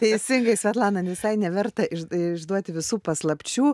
teisingai svetlana visai neverta iš išduoti visų paslapčių